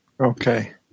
Okay